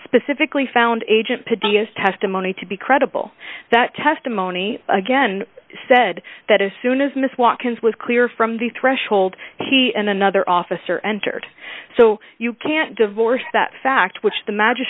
specifically found agent pythias testimony to be credible that testimony again said that as soon as miss watkins was clear from the threshold he and another officer entered so you can't divorce that fact which the magi